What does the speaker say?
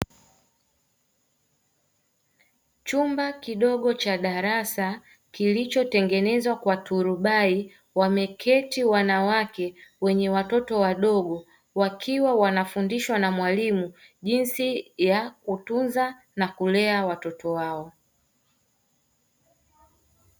Chumba kidogo cha darasa kilichotengenzwa kwa turubai wameketi wanawake wenye watoto wadogo wakiwa wanafundishwa na mwalimu jinsi ya kutunza na kulea watoto wao.